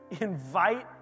invite